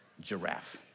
Giraffe